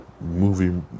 movie